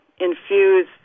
infuse